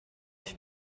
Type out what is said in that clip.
ich